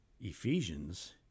Ephesians